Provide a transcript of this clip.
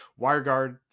WireGuard